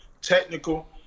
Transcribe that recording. technical